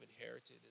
inherited